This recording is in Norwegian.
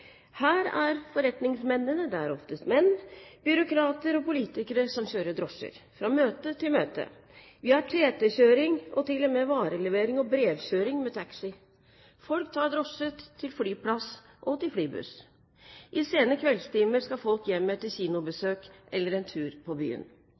Her er det forretningsmenn – det er oftest menn – byråkrater og politikere som kjører drosjer fra møte til møte. Vi har TT-kjøring og til og med varelevering og brevkjøring med taxi. Folk tar drosje til flyplass og til flybuss. I sene kveldstimer skal folk